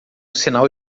sinal